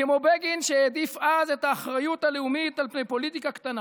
כמו בגין שהעדיף אז את האחריות הלאומית על פני פוליטיקה קטנה,